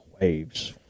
Waves